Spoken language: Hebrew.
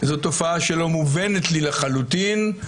זו תופעה שלא מובנת לי לחלוטין.